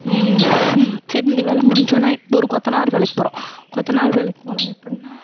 சேரி இந்த வேலை முடிஞ்சோன இப்போ ஒரு கொத்தனார் வேலைக்கு போகிறோம் கொத்தனார் வேலைக்கு போனால் எப்புடினா